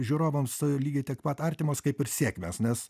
žiūrovams lygiai tiek pat artimos kaip ir sėkmės nes